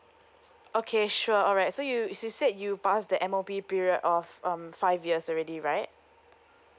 okay sure alright so you you said you pass the M_O_P period of um five years already right